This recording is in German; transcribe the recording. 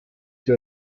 der